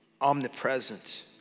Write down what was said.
omnipresent